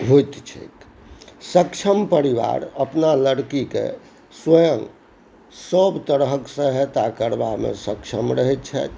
होइत छैक सक्षम परिवार अपना लड़कीके स्वयं सभ तरहे सहायता करबामे सक्षम रहैत छथि